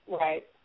right